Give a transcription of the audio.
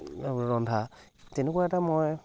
ৰন্ধা তেনেকুৱা এটা মই